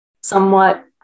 Somewhat